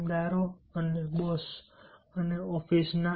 કામદારો અને બોસ